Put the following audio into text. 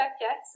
yes